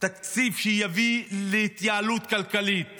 תקציב שיביא להתייעלות כלכלית